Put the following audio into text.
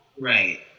right